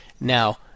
Now